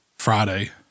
Friday